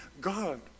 god